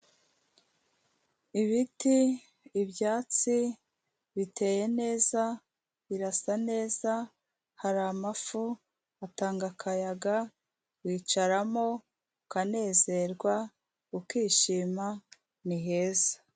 Ibiti, ibyatsi biteye neza birasa neza hari amafu atanga akayaga wicaramo ukanezerwa ukishima ni heza.